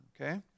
okay